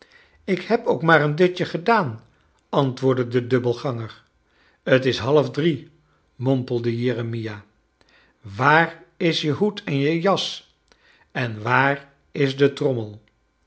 ik heb ook maar een dutje gedaan antwoordde de dubbelganger t is half drie mompelde jeremia waar is je hoed en je jas en waar is de trommel